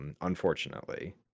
unfortunately